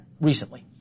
recently